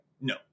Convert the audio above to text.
no